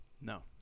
No